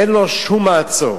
אין לו שום מעצור.